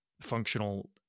functional